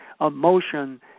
emotion